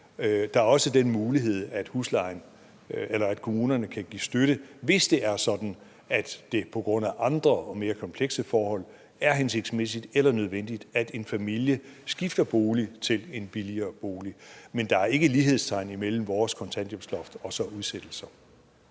Der er også den mulighed, at kommunerne kan give støtte, hvis det er sådan, at det på grund af andre og mere komplekse forhold er hensigtsmæssigt eller nødvendigt, at en familie skifter bolig til en billigere bolig. Men der er ikke lighedstegn imellem vores kontanthjælpsloft og udsættelser.